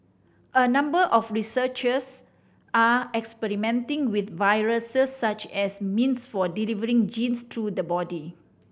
a number of researchers are experimenting with viruses such as means for delivering genes through the body